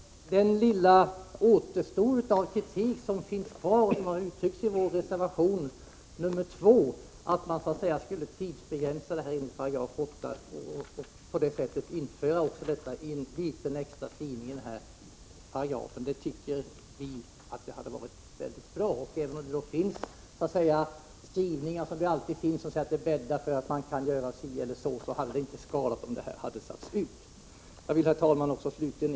Den lilla återstod av kritik som finns har uttryckts i vår reservation nr 2 om att tidsbegränsa åtagandet enligt 8§ genom en liten komplettering. Vi tycker att det hade varit bra med en sådan komplettering. Det går naturligtvis att hävda, som utskottet har gjort i sin skrivning, att en skärpning skulle kunna få den ena eller andra negativa konsekvensen, men det hade inte skadat om tidsgränser hade angivits. Herr talman!